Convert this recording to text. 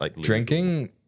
Drinking